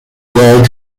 word